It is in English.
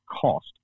cost